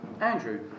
Andrew